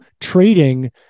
trading